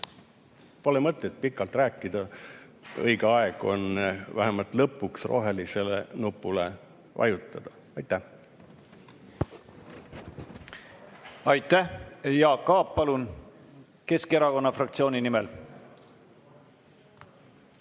pole mõtet pikalt rääkida. Õige aeg on vähemalt lõpuks rohelisele nupule vajutada. Aitäh! Aitäh! Jaak Aab, palun! Keskerakonna fraktsiooni nimel.